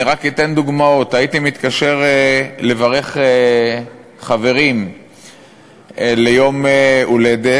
אני רק אתן דוגמאות: הייתי מתקשר לברך חברים ליום הולדת,